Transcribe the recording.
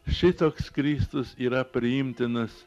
šitoks kristus yra priimtinas